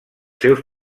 seus